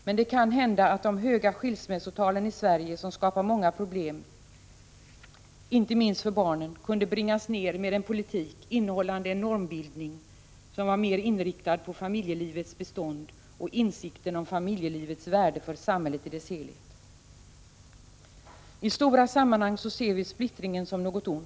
Men det kan hända att de höga skilsmässotalen i Sverige, som skapar många problem inte minst för barnen, kunde bringas ner med en politik som innehöll en normbildning, mer inriktad på familjelivets bestånd och insikten om familjelivets värde för samhället i dess helhet. I stora sammanhang ser vi splittringen som något ont.